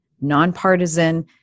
nonpartisan